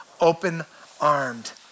open-armed